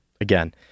Again